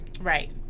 Right